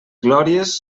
glòries